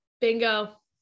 Bingo